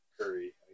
Curry